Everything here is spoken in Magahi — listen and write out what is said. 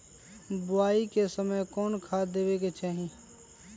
बोआई के समय कौन खाद देवे के चाही?